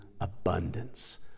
abundance